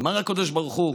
אמר הקדוש ברוך הוא: